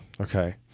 Okay